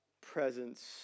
presence